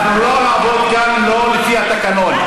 אנחנו לא נעבוד כאן לא לפי התקנון.